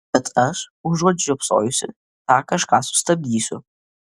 bet aš užuot žiopsojusi tą kažką sustabdysiu